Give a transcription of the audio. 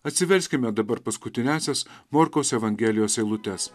atsiverskime dabar paskutiniąsias morkaus evangelijos eilutes